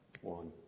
One